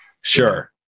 Sure